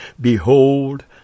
Behold